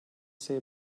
say